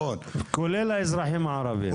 כולל האזרחים הערבים.